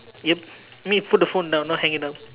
yup I mean put the phone down not hang it up